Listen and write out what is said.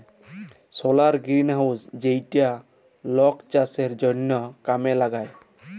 সলার greenhouse যেইটা লক চাষের জনহ কামে লাগায়